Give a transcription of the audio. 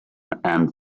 and